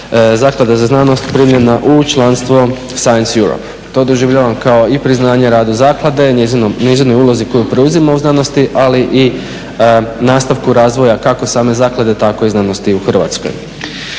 zaklada za znanost primljena u članstvo science Europe. To doživljavam kao i priznanje rada zaklade, njezinoj ulozi koju preuzima u znanosti ali i nastavku razvoja kako same zaklade tako i znanosti u Hrvatskoj.